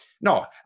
no